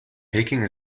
peking